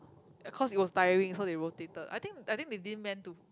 cause it was tiring so they rotated I think I think they didn't meant to